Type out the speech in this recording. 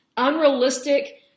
unrealistic